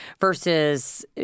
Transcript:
versus